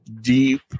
deep